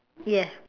yeah